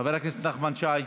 חבר הכנסת נחמן שי,